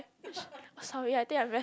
sorry I think I very